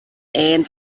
and